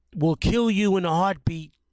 will-kill-you-in-a-heartbeat